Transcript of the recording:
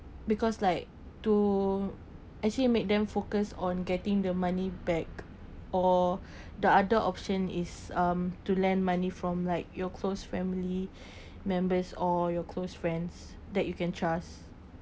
because like to actually make them focus on getting the money back or the other option is um to lend money from like your close family members or your close friends that you can trust